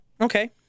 Okay